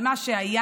על מה שהיה,